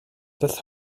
das